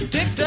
Dick